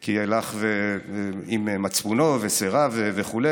כי הלך עם מצפונו וסירב וכו',